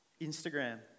instagram